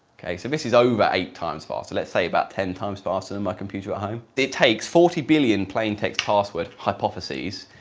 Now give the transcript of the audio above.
okay, so this is over eight times faster, let's say about ten times faster than my computer at home? it takes forty billion plaintext password hypotheses,